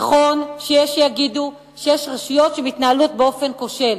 נכון שיש שיגידו שיש רשויות שמתנהלות באופן כושל.